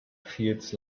feels